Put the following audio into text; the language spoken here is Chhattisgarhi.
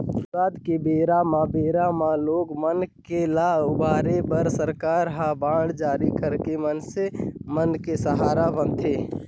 बिबदा के बेरा म बेरा म लोग मन के ल उबारे बर सरकार ह बांड जारी करके मइनसे मन के सहारा बनथे